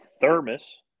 Thermos